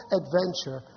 adventure